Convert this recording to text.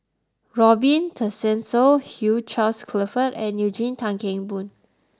Robin Tessensohn Hugh Charles Clifford and Eugene Tan Kheng Boon